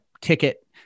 ticket